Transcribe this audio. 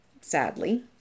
sadly